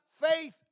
faith